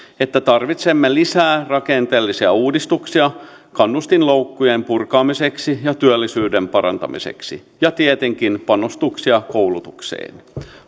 että tarvitsemme lisää rakenteellisia uudistuksia kannustinloukkujen purkamiseksi ja työllisyyden parantamiseksi ja tietenkin panostuksia koulutukseen